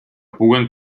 puguen